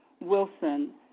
Wilson